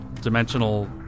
dimensional